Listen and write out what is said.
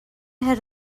had